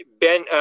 Ben